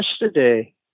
yesterday